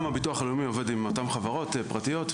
גם ביטוח לאומי עובד עם אותן חברות פרטיות,